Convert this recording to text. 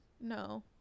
No